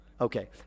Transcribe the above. Okay